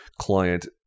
client